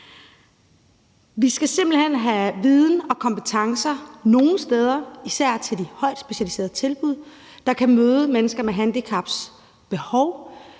Vi skal simpelt hen have viden og kompetencer, især i forhold til de højtspecialiserede tilbud, nogle steder, der kan møde mennesker med handicaps behov.